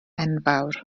enfawr